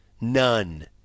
None